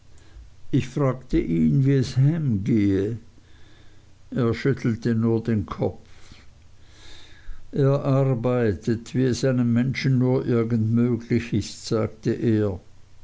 ich fragte ihn wie es ham gehe er schüttelte nur den kopf er arbeitet wie es einem menschen nur irgend möglich ist sagte er